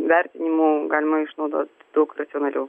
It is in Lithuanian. vertinimu galima išnaudot daug racionaliau